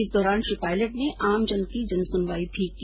इस दौरान श्री पायलेट ने आमजन की जन सुनवाई भी की